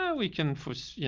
ah we can force, you